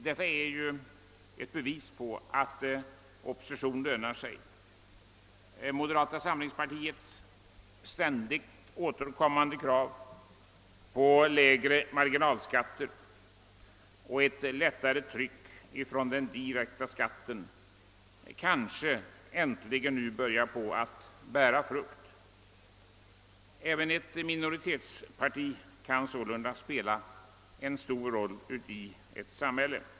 Detta är ju ett bevis på att opposition lönar sig. Moderata samlingspartiets ständigt återkommande krav på lägre marginalskatter och ett lättare tryck ifrån den direkta skatten kan kanske nu äntligen börja att bära frukt. även ett minoritetsparti kan sålunda spela en stor roll i ett samhälle.